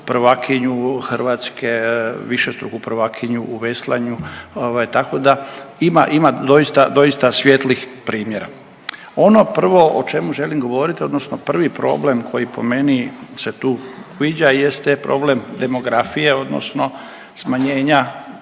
Hrvatske, višestruku prvakinju u veslanju, tako da, ima, ima doista svijetlih primjera. Ono prvo o čemu želim govoriti, odnosno prvi problem koji po meni se tu uviđa jeste problem demografije odnosno smanjenja